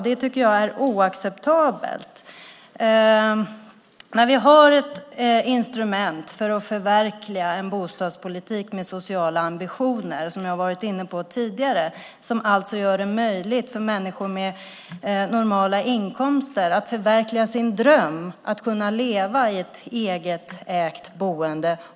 Det tycker jag är oacceptabelt när vi har ett instrument för att förverkliga en bostadspolitik med sociala ambitioner, vilket jag har varit inne på tidigare, som gör det möjligt för människor med normala inkomster att förverkliga sin dröm om att kunna leva i ett eget ägt boende.